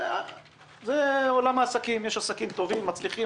זה עולם העסקים: יש עסקים טובים ומצליחים,